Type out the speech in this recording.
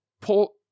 pull